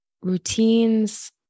routines